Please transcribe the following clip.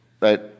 right